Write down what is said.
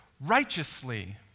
righteously